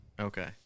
okay